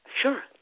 Sure